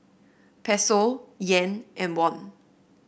Peso Yen and Won